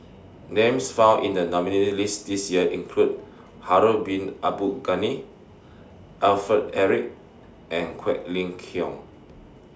Names found in The nominees' list This Year include Harun Bin Abdul Ghani Alfred Eric and Quek Ling Kiong